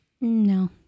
No